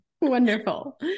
Wonderful